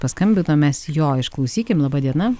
paskambino mes jo išklausykim laba diena